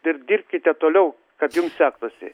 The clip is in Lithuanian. ir dirbkite toliau kad jum sektųsi